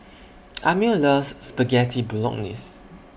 Amil loves Spaghetti Bolognese